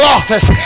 Office